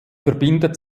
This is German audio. verbindet